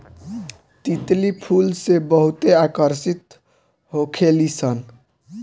तितली फूल से बहुते आकर्षित होखे लिसन